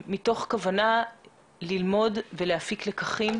מתוך כוונה ללמוד ולהפיק לקחים